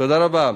תודה רבה.